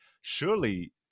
surely